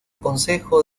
consejo